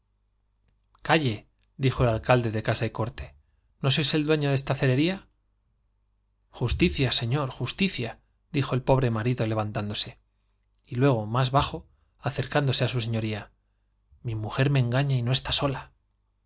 calle dijo e alcalde de casa y corte no sois el dueño de esta cerería justicia señor justicia dijo el pobre marido levantándose y luego más b ajo acercándose á su señoría mi mujer me engaña y no está sola